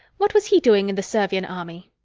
what was he doing in the servian army?